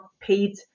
paid